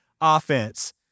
offense